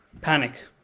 panic